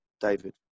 David